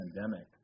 pandemic